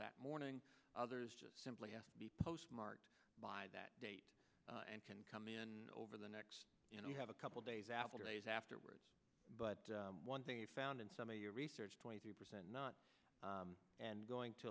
that morning others just simply have to be postmarked by that date and can come in over the next you know you have a couple days after days afterwards but one thing you found in some of your research twenty three percent not and going to